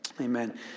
Amen